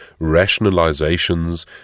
rationalizations